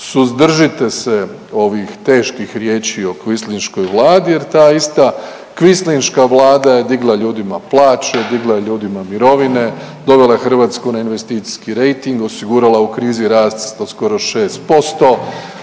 suzdržite se ovih teških riječi o kvislinškoj Vladi jer ta ista kvislinška Vlada je digla ljudima plaće, digla je ljudima mirovine, dovela je Hrvatsku na investicijski rejting, osigurala u krizi rast od skoro 6%,